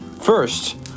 First